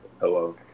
hello